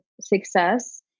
success